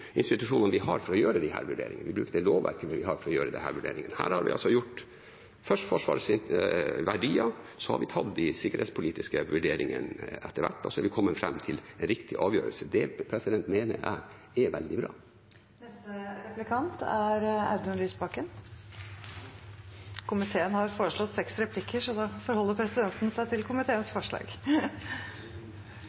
har, for å gjøre disse vurderingene. Her var det altså først Forsvarets verdier, og så tok vi de sikkerhetspolitiske vurderingene etter hvert. Så kom vi fram til riktig avgjørelse. Det mener jeg er veldig bra. Komiteen har foreslått seks replikker, så da forholder presidenten seg til komiteens